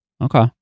Okay